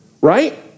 right